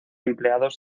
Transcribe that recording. empleados